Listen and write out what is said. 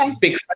big